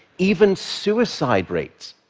even suicide rates.